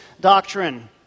doctrine